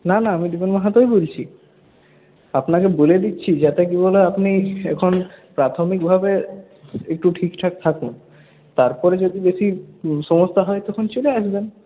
না না আমি দেবেন মাহাতোই বলছি আপনাকে বলে দিচ্ছি যাতে করে না আপনি এখন প্রাথমিকভাবে একটু ঠিকঠাক থাকুন তারপরে যদি বেশী সমস্যা হয় তখন চলে আসবেন